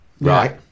right